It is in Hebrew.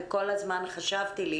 וכל הזמן חשבתי לי